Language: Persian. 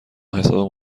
حساب